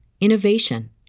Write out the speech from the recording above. innovation